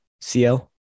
CL